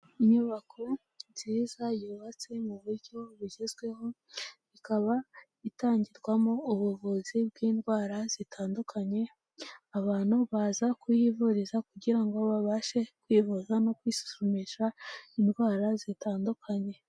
Inyubako nziza yubatse mu buryo bugezweho, ikaba itangirwamo ubuvuzi bw'indwara zitandukanye, abantu baza kuhivuriza kugira ngo babashe kwivuza no kwisuzumisha indwara zitandukanye.